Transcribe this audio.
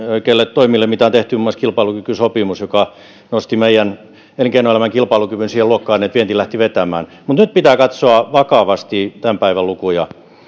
toimille mitä on tehty muun muassa kilpailukykysopimus joka nosti meidän elinkeinoelämän kilpailukyvyn siihen luokkaan että vienti lähti vetämään mutta nyt pitää katsoa vakavasti tämän päivän lukuja